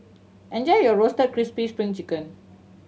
enjoy your Roasted Crispy Spring Chicken